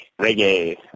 reggae